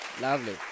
Lovely